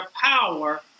power